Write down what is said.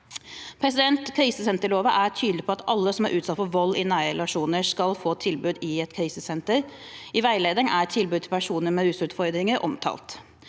Krisesenterloven er tydelig på at alle som er utsatt for vold i nære relasjoner, skal få tilbud i et krisesenter. I veilederen er tilbud til personer med rusutfordringer omtalt.